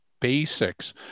basics